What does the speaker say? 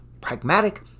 pragmatic